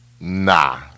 nah